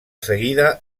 seguida